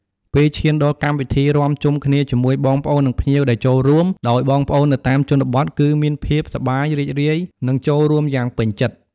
ពេលឈានដល់កម្មវិធីរាំជុំគ្នាជាមួយបងប្អូននិងភ្ញៀវដែលចូលរួម ដោយបងប្អូននៅតាមជនបទគឺមានភាពសប្បាយរីករាយនិងចូលរួមយ៉ាងពេញចិត្ត។